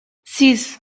sis